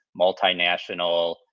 multinational